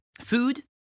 food